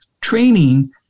training